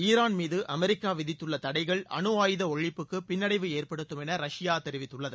Iran மீது America விதித்துள்ள தடைகள் அனுஆயுத ஒழிப்புக்கு பின்னடைவு ஏற்படுத்தும் என ரஷ்யா தெரிவித்துள்ளது